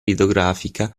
idrografica